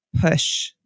push